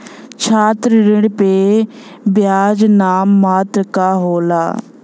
छात्र ऋण पे बियाज नाम मात्र क होला